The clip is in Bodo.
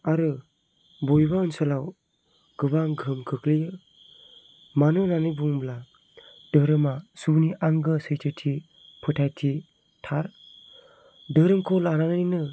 आरो बबेबा ओनसोलाव गोबां गोहोम खोख्लैयो मानो होननानै बुंब्ला धोरोमा सुबुंनि आंगो सैथोथि फोथायथि थार धोरोमखौ लानानैनो